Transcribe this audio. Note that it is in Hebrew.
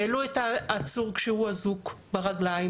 העלו את העצור כשהוא אזוק ברגליים,